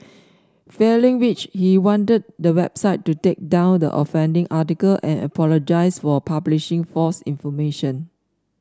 failing which he wanted the website to take down the offending article and apologise for publishing false information